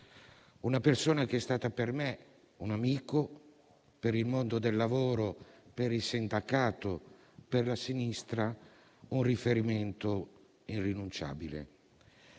una persona che è stata per me un amico; per il mondo del lavoro, per il sindacato e per la sinistra un riferimento irrinunciabile.